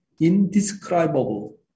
indescribable